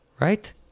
Right